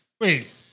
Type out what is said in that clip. Wait